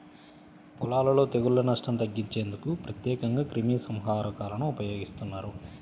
పొలాలలో తెగుళ్ల నష్టం తగ్గించేందుకు ప్రత్యేకంగా క్రిమిసంహారకాలను ఉపయోగిస్తారు